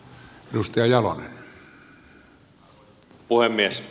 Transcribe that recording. arvoisa puhemies